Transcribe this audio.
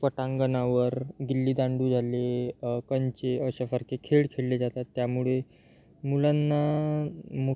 पटांगणावर गिल्ली दांडू झाले कंचे अशासारखे खेळ खेळले जातात त्यामुळे मुलांना मु